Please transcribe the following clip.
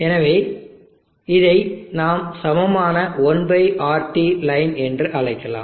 எனவே இதை நாம் சமமான 1RT லைன் என்று அழைக்கலாம்